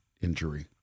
injury